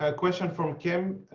ah question from kim.